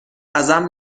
ازم